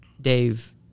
Dave